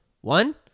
One